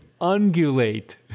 ungulate